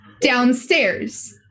Downstairs